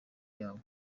yawo